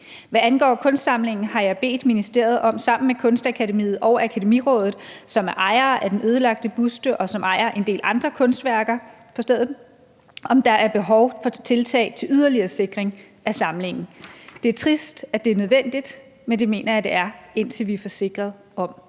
Hvad angår kunstsamlingen, har jeg bedt ministeriet om sammen med Kunstakademiet og Akademiraadet, som er ejer af den ødelagte buste, og som ejer en del andre kunstværker på stedet, om der er behov for tiltag til yderligere sikring af samlingen. Det er trist, at det er nødvendigt, men det mener jeg det er, indtil vi er forsikrede om,